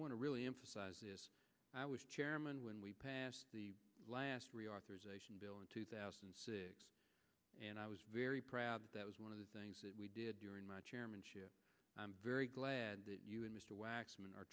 want to really emphasize i was chairman when we passed the last reauthorization bill in two thousand and six and i was very proud that was one of the things that we did during my chairmanship i'm very glad that you and mr